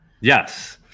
yes